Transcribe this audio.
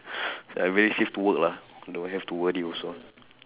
so like very safe to work lah don't have to worry also